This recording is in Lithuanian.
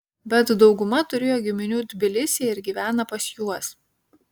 bet dauguma turėjo giminių tbilisyje ir gyvena pas juos